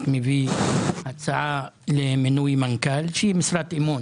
מביא הצעה למינוי מנכ"ל שהוא משרת אמון